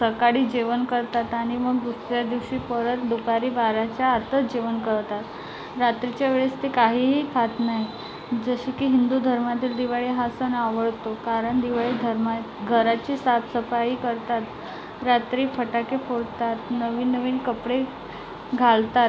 सकाळी जेवण करतात आणि मग दुसऱ्या दिवशी परत दुपारी बाराच्या आतच जेवण करतात रात्रीच्या वेळेस ते काहीही खात नाही जसे की हिंदू धर्माचे दिवाळी हा सण आवडतो कारण दिवाळीत धर्मा घराची साफसफाई करतात रात्री फटाके फोडतात नवीन नवीन कपडे घालतात